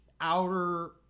outer